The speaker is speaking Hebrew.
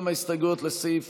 גם ההסתייגויות לסעיף